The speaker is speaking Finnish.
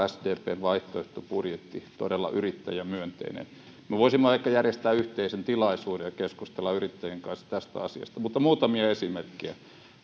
sdpn vaihtoehtobudjetti todella yrittäjämyönteinen me voisimme ehkä järjestää yhteisen tilaisuuden ja keskustella yrittäjien kanssa tästä asiasta mutta muutamia esimerkkejä